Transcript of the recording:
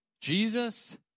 Jesus